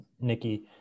Nikki